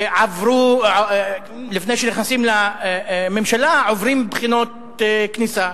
לפני שנכנסים לממשלה, עוברים בחינות כניסה.